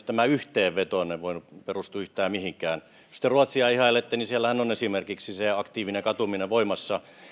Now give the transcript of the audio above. tämä yhteenvetonne ei nyt kyllä perustu yhtään mihinkään jos te ruotsia ihailette niin siellähän on esimerkiksi se aktiivinen katuminen voimassa